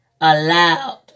allowed